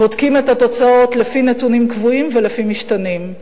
בודקים את התוצאות לפי נתונים קבועים ולפי משתנים.